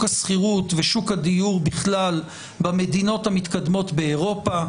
השכירות ושוק הדיור בכלל במדינות המתקדמות באירופה,